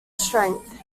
strength